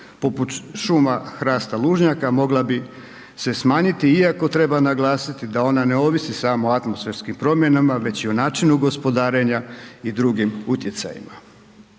poput šuma hrasta lužnjaka mogla bi se smanjiti, iako treba naglasiti da ona ne ovisi samo o atmosferskim promjenama već i o načinu gospodarenja i drugim utjecajima.